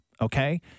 okay